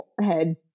head